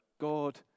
God